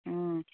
অঁ